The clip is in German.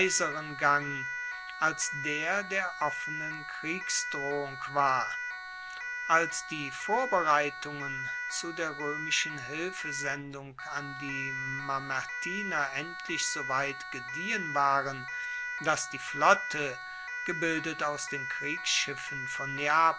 gang als der der offenen kriegsdrohung war als die vorbereitungen zu der roemischen hilfesendung an die mamertiner endlich so weit gediehen waren dass die flotte gebildet aus den kriegsschiffen von